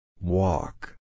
Walk